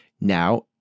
Now